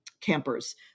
campers